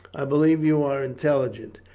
i believe you are intelligent.